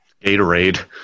Gatorade